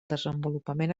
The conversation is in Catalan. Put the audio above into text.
desenvolupament